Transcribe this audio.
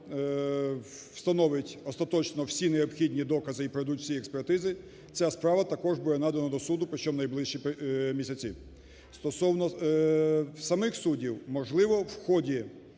встановить остаточно всі необхідні докази і пройдуть всі експертизи, ця справа також буде надана до суду, причому в найближчі місяці. Стосовно самих суддів, можливо, в ході